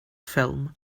ffilm